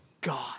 God